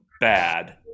bad